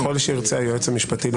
ככל שירצה היועץ המשפטי להתייחס,